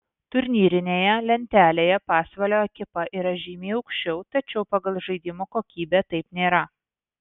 turnyrinėje lentelėje pasvalio ekipa yra žymiai aukščiau tačiau pagal žaidimo kokybę taip nėra